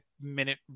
minute